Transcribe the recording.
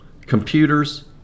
computers